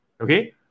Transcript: okay